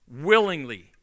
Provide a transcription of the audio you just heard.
Willingly